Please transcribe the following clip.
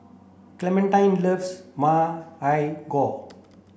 Clementine loves Ma Lai Gao